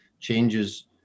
changes